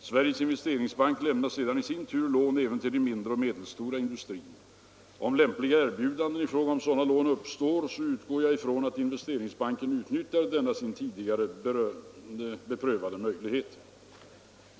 Sveriges investeringsbank lämnar sedan i sin tur lån även till den mindre och medelstora industrin. Om lämpliga erbjudanden i fråga om sådana lån uppstår så utgår jag ifrån att Investeringsbanken utnyttjar denna sin tidigare beprövade möjlighet.